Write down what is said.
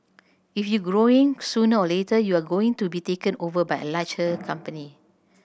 if you growing sooner or later you are going to be taken over by a larger company